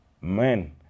man